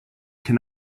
can